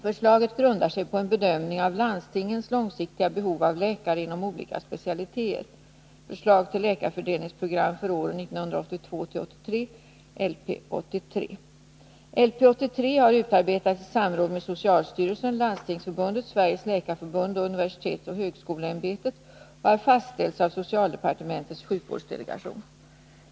Förslaget grundar sig på en bedömning av landstingens långsiktiga behov av läkare inom olika specialiteter . LP 83 har utarbetats i samråd mellan socialstyrelsen, Landstingsförbundet, Sveriges läkarförbund och universitetsoch högskoleämbetet och har fastställts av socialdepartementets sjukvårdsdelegation.